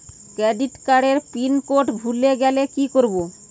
Credit কার্ডের pin code ভুলে গেলে কি করব?